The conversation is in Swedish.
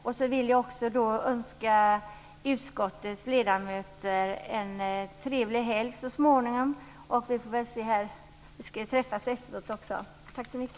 Jag vill också önska utskottets ledamöter en trevlig helg så småningom. Vi ska ju träffas senare.